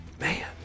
Man